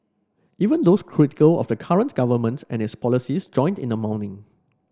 even those critical of the current governments and its policies joined in the mourning